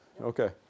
Okay